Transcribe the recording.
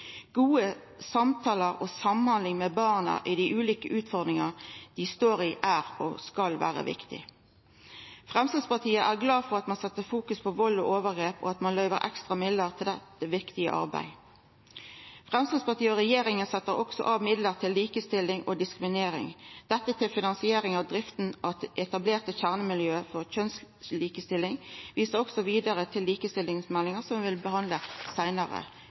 Gode samtalar og samhandling med barna i dei ulike utfordringane dei står i, er og skal vera viktig. Framstegspartiet er glad for at ein set fokus på vald og overgrep, og at ein løyver ekstra midlar til dette viktige arbeidet. Framstegspartiet og regjeringa set også av midlar til likestilling og diskriminering, dette til finansieringa av drifta av det etablerte kjernemiljøet for kjønnslikestilling. Eg viser også vidare til likestillingsmeldinga, som vil bli behandla seinare